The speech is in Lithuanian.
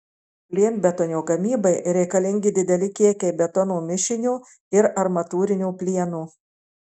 plienbetonio gamybai reikalingi dideli kiekiai betono mišinio ir armatūrinio plieno